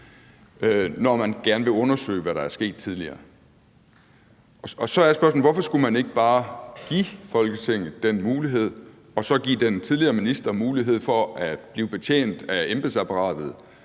når man gerne vil undersøge, hvad der er sket tidligere. Og så er spørgsmålet, hvorfor man ikke bare skulle give Folketinget den mulighed, og så give den tidligere minister mulighed for at blive betjent af embedsapparatet